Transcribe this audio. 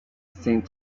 saint